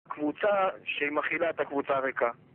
קבוצה שמכילה את הקבוצה הריקה